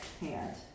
hand